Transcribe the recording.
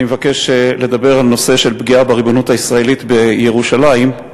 אני מבקש לדבר על הפגיעה בריבונות הישראלית בירושלים,